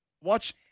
watch